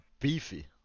beefy